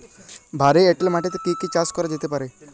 ভারী এঁটেল মাটিতে কি কি চাষ করা যেতে পারে?